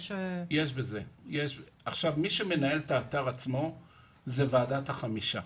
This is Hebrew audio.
מי שמנהל את האתר עצמו זו ועדת החמישה,